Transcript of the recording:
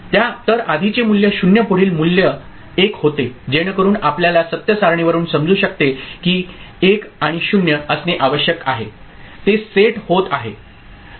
तर आधीचे मूल्य 0 पुढील मूल्य 1 होते जेणेकरून आपल्याला सत्य सारणीवरून समजू शकते की 1 आणि 0 असणे आवश्यक आहे ते सेट होत आहे